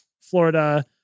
Florida